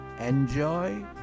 enjoy